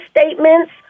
statements